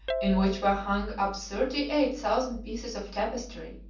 in which were hung up thirty-eight thousand pieces of tapestry,